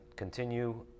Continue